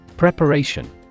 Preparation